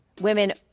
women